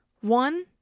One